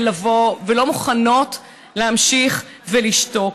לא מוכנות להמשיך ולשתוק.